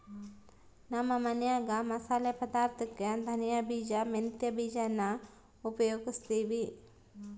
ನಮ್ಮ ಮನ್ಯಾಗ ಮಸಾಲೆ ಪದಾರ್ಥುಕ್ಕೆ ಧನಿಯ ಬೀಜ, ಮೆಂತ್ಯ ಬೀಜಾನ ಉಪಯೋಗಿಸ್ತೀವಿ